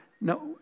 No